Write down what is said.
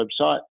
website